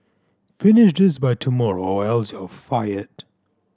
finish this by tomorrow or else you'll fired